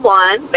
one